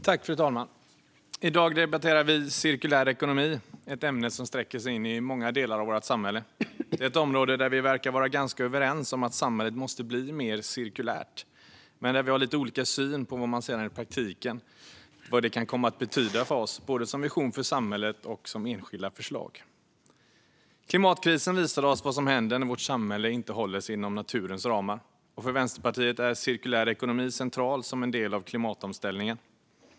Fru talman! I dag debatterar vi cirkulär ekonomi, ett ämne som sträcker sig över många delar av vårt samhälle. Det är ett område där vi verkar vara ganska överens. Vi är överens om att samhället måste bli mer cirkulärt, men vi har lite olika syn på vad detta sedan i praktiken kan komma att betyda för oss. Det gäller både visionen för samhället och enskilda förslag. Klimatkrisen visar oss vad som händer när vårt samhälle inte håller sig inom naturens ramar, och för Vänsterpartiet är en cirkulär ekonomi central som en del av klimatomställningen.